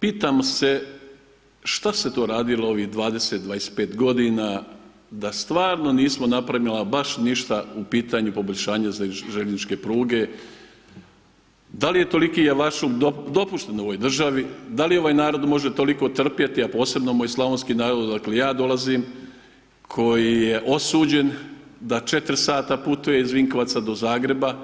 Pitam se što se to radilo ovih 20, 25 g. da stvarno nismo napravili ama baš ništa u pitanju poboljšanja željezničke pruge, da li je toliki ... dopušten u ovoj državi, da li ovaj narod može toliko trpjeti a posebno moj slavonski narod odakle ja dolazim, koji je osuđen da 4 sata putuje iz Vinkovaca do Zagreba,